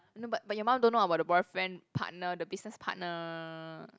no but but your mom don't know about the boyfriend partner the business partner